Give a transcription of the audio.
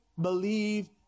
believe